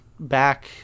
Back